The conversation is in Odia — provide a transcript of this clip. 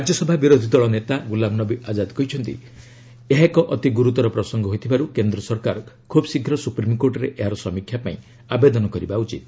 ରାଜ୍ୟସଭା ବିରୋଧୀ ଦଳ ନେତା ଗୁଲାମନବୀ ଆଜାଦ କହିଛନ୍ତି ଏହା ଏକ ଅତି ଗୁର୍ଗୁତର ପ୍ରସଙ୍ଗ ହୋଇଥିବାରୁ କେନ୍ଦ୍ର ସରକାର ଖୁବ୍ ଶୀଘ୍ର ସୁପ୍ରିମ୍କୋର୍ଟରେ ଏହାର ସମୀକ୍ଷା ପାଇଁ ଆବେଦନ କରିବା ଉଚିତ